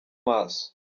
maso